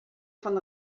von